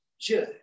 judge